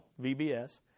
VBS